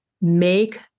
make